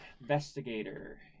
investigator